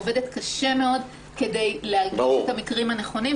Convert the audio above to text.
עובדת קשה מאוד כדי להגיש את המקרים הנכונים,